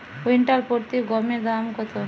Quintal প্রতি গমের দাম কত?